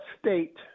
state